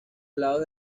lados